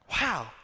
Wow